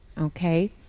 Okay